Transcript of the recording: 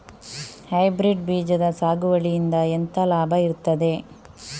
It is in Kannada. ಹೈಬ್ರಿಡ್ ಬೀಜದ ಸಾಗುವಳಿಯಿಂದ ಎಂತ ಲಾಭ ಇರ್ತದೆ?